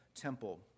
temple